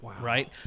Right